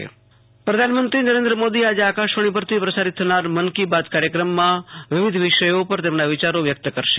આશુતોષ અંતાણી પધાનમંત્રી મન કી બાત પ્રધાનમંત્રી નરેન્દ્ર મોદી આજે આકાશવાણી પરથી પ્રસારિત થનાર મન કી બાત કાર્યક્રમમાં વિવિધ વિષયો ઉપર તેમના વિચારો રજૂ કરશે